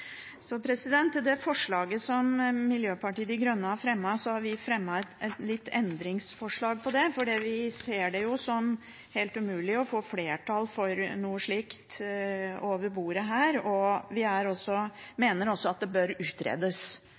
det gjelder forslaget som Miljøpartiet De Grønne har fremmet, så har vi fremmet et litt endret forslag der, fordi vi ser det som helt umulig å få flertall for noe slikt over bordet her. Vi mener også at det bør utredes,